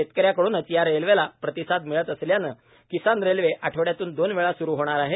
शेतकऱ्यांनकडून या रेल्वेला प्रतिसाद मिळत असल्याने किसान रेल्वे आठवड्यातून दोनवेळा स्रु होणार आहे